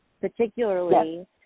particularly